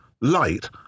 Light